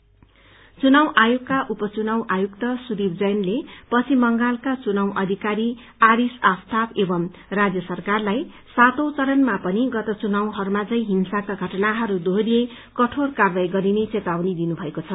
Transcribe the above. इसी direction चुनाव आयोगका उपचुनाव आयुक्त सुदिप जैनले पश्चिम बंगालका चुनाव अधिकारी आरिज अफताव एवं राज्य सरकारलाई सातौं चरणमा पनि गत चुनावहरूमा झैं हिंसाका घटनाहरू दोहोरिएर कठोर कार्यवाही गरिने चेतावनी दिएको छ